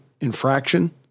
infraction